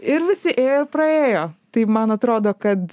ir visi ėjo ir praėjo tai man atrodo kad